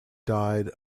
died